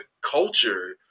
culture